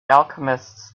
alchemists